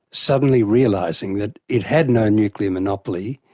suddenly realising that it had no nuclear monopoly,